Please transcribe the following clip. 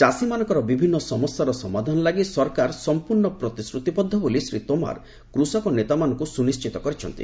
ଚାଷୀମାନଙ୍କର ବିଭିନ୍ନ ସମସ୍ୟାର ସମାଧାନ ଲାଗି ସରକାର ସମ୍ପୂର୍ଣ୍ଣ ପ୍ରତିଶ୍ରତିବଦ୍ଧ ବୋଲି ଶ୍ରୀ ତୋମାର କୂଷକ ନେତାମାନଙ୍କୁ ସୁନିଶ୍ଚିତ କରିଛନ୍ତି